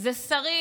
שרים